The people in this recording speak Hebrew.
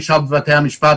רמות הענישה בבתי המשפט,